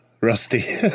Rusty